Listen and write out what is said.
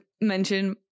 mention